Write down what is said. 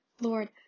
Lord